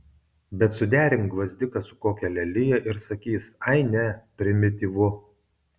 bet suderink gvazdiką su kokia lelija ir sakys ai ne primityvu